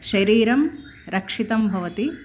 शरीरं रक्षितं भवति